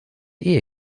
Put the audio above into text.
ehe